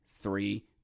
three